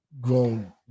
grown